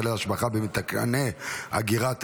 היטלי השבחה במתקני אגירת אנרגיה),